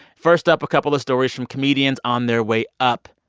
first up, a couple of stories from comedians on their way up,